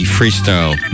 Freestyle